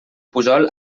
pujol